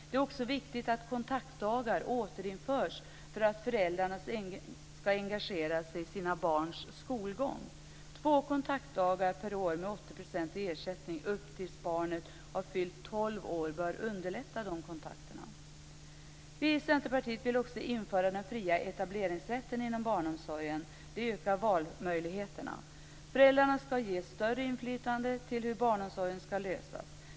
Det är också viktigt att kontaktdagar återinförs för att föräldrarna skall engagera sig i sina barns skolgång. Två kontaktdagar per år med 80 % i ersättning tills barnet fyller tolv år bör underlätta de kontakterna. Vi i Centerpartiet vill också återinföra den fria etableringsrätten inom barnomsorgen, då det ökar valmöjligheterna. Föräldrarna skall ges större inflytande på hur barnomsorgen skall lösas.